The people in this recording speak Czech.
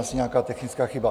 Asi nějaká technická chyba.